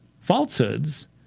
falsehoods